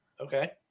Okay